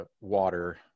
water